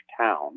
town